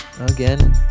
again